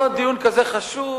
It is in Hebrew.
זה לא דיון כזה חשוב,